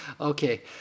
okay